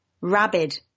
rabid